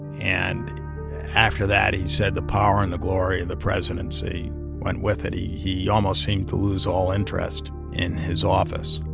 and after that, he said the power and the glory of and the presidency went with it. he he almost seemed to lose all interest in his office.